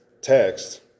text